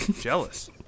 Jealous